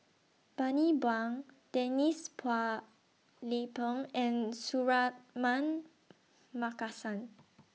Bani Buang Denise Phua Lay Peng and Suratman Markasan